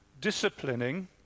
disciplining